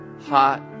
hot